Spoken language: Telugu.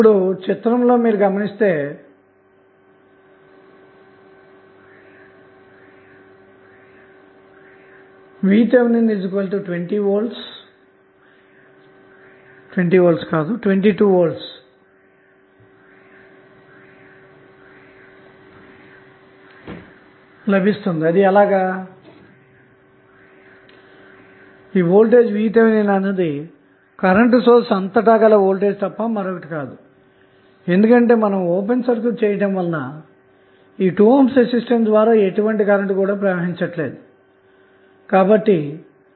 ఇప్పుడు చిత్రము లో మీరు గమనిస్తే వోల్టేజ్ VTh అన్నది కరెంటు సోర్స్ అంతటా గల వోల్టేజ్ తప్ప మరేమీ కాదు ఎందుకంటే ఓపెన్ సర్క్యూట్ చేయటము వలన 2 ohm రెసిస్టర్ ద్వారా ఎటువంటి కరెంటు ప్రవహించదుఅన్న మాట